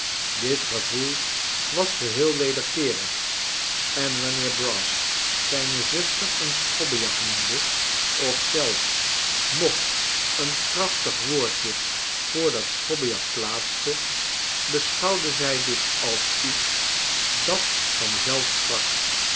dit gevoel was geheel wederkeerig en wanneer brass zijne zuster een schobbejak noemde of zelfs nog een krachtig woordje voor dat schobbejak plaatste beschouwde zij dit als iets dat van